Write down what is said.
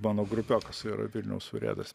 mano grupiokas yra vilniaus urėdas